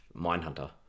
Mindhunter